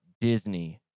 Disney